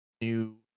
new